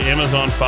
Amazon